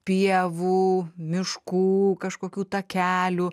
pievų miškų kažkokių takelių